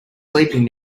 sleeping